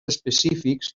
específics